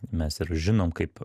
mes ir žinom kaip